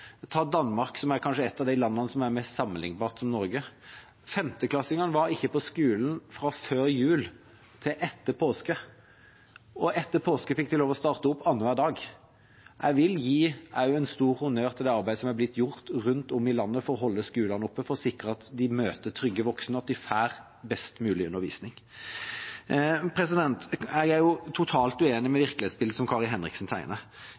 Ta Danmark, som er kanskje et av de landene som er mest sammenlignbart med Norge. Femteklassingene var ikke på skolen fra før jul til etter påske, og etter påske fikk de lov til å starte opp annenhver dag. Jeg vil gi en stor honnør til det arbeidet som er blitt gjort rundt om i landet for å holde skolene oppe, for å sikre at de møter trygge voksne, og at de får best mulig undervisning. Jeg er totalt uenig i virkelighetsbildet som Kari Henriksen tegner.